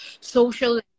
social